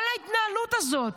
כל ההתנהלות הזאת,